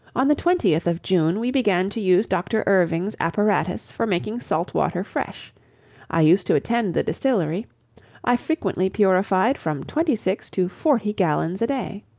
on the twentieth of june we began to use dr. irving's apparatus for making salt water fresh i used to attend the distillery i frequently purified from twenty-six to forty gallons a day.